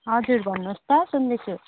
हजुर भन्नुहोस् त सुन्दैछु